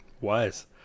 wise